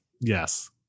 Yes